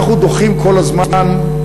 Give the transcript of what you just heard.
אנחנו דוחים כל הזמן,